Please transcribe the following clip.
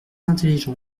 intelligent